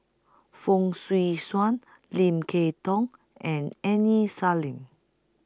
Fong Swee Suan Lim Kay Tong and Aini Salim